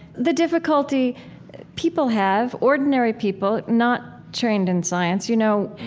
the difficulty people have, ordinary people, not trained in science. you know?